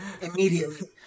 immediately